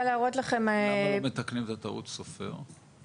למה לא מתקנים את הטעות סופר?